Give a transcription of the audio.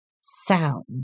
sound